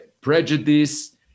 prejudice